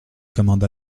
commanda